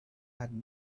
had